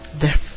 death